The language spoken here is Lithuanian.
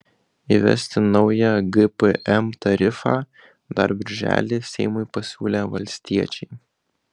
įvesti naują gpm tarifą dar birželį seimui pasiūlė valstiečiai